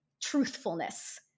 truthfulness